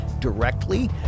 directly